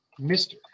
Mr